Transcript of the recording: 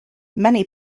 many